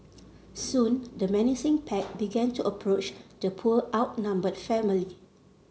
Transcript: soon the menacing pack began to approach the poor outnumbered family